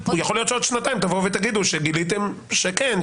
יכול להיות שעוד שנתיים תבואו ותגידו שגיליתם שכן,